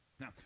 Now